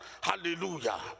hallelujah